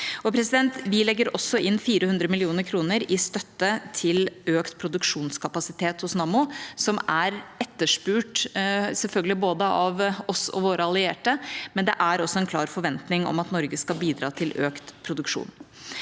er lagt. Vi legger også inn 400 mill. kr i støtte til økt produksjonskapasitet hos Nammo, som selvfølgelig er etterspurt av både oss og våre allierte, men det er også en klar forventning om at Norge skal bidra til økt produksjon.